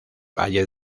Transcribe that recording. valle